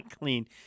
clean